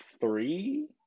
three